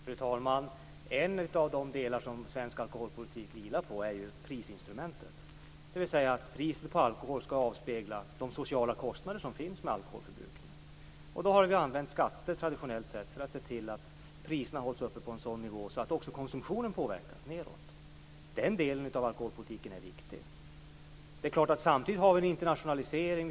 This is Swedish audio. Fru talman! En av de grunder som svensk alkoholpolitik vilar på är ju prisinstrumentet, dvs. att priset på alkohol skall avspegla de sociala kostnader som är förenade med alkoholförbrukningen. Vi har traditionellt använt skatter för att se till att priserna hålls uppe på en sådan nivå att också konsumtionen påverkas nedåt. Den delen av alkoholpolitiken är viktig. Samtidigt påverkas vi av en internationalisering.